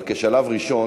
אבל בשלב הראשון